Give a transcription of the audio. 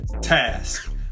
task